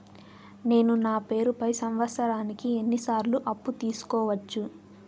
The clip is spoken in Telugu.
నేను నా పేరుపై సంవత్సరానికి ఎన్ని సార్లు అప్పు తీసుకోవచ్చు?